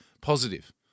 positive